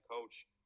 coach